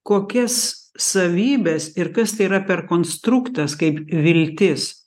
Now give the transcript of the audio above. kokias savybes ir kas tai yra per konstruktas kaip viltis